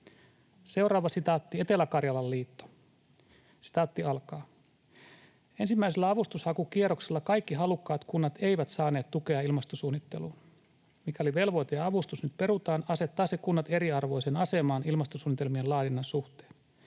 Seuraava sitaatti, Etelä-Karjalan liitto: ”Ensimmäisellä avustushakukierroksella kaikki halukkaat kunnat eivät saaneet tukea ilmastosuunnitteluun. Mikäli velvoite ja avustus nyt perutaan, asettaa se kunnat eriarvoiseen asemaan ilmastosuunnitelmien laadinnan suhteen.